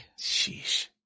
Sheesh